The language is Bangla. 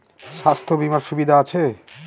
স্বাস্থ্য বিমার সুবিধা আছে?